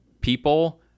people